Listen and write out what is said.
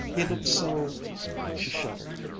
he looked so she shuddered.